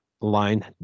line